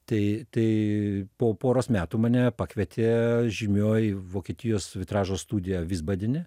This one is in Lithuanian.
tai tai po poros metų mane pakvietė žymioji vokietijos vitražo studija vysbadene